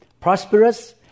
prosperous